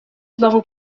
znowu